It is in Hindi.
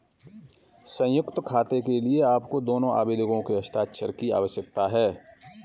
संयुक्त खाते के लिए आपको दोनों आवेदकों के हस्ताक्षर की आवश्यकता है